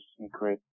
Secret